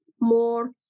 more